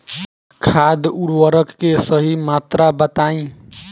खाद उर्वरक के सही मात्रा बताई?